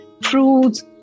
fruits